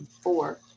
four